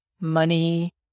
money